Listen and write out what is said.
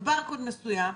עם ברקוד וכן הלאה,